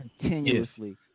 continuously